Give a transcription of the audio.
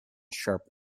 sharp